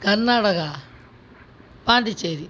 Karnataka Pondicherry